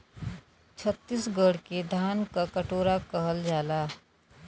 छतीसगढ़ के धान क कटोरा कहल जाला